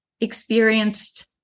experienced